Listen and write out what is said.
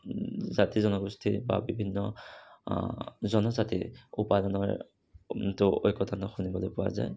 জাতি জনগোষ্ঠীৰ বা বিভিন্ন জনজাতিৰ উপাদানৰ তো ঐকতান শুনিবলৈ পোৱা যায়